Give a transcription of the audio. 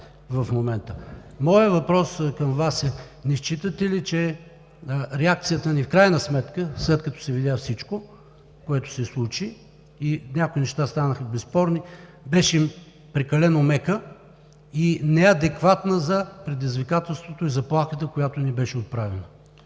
в момента. Моят въпрос към Вас е: не считате ли, че реакцията ни, в крайна сметка, след като се видя всичко, което се случи, и някои неща станаха безспорни, беше прекалено мека и неадекватна за предизвикателството и заплахата, която ни беше отправена?